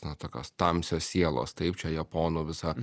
na tokios tamsios sielos taip čia japonų visa